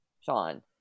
Sean